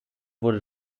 wurde